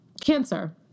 cancer